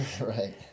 Right